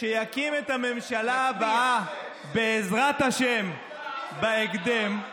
שיקים את הממשלה הבאה, בעזרת השם, בהקדם.